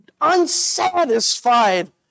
unsatisfied